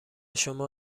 شما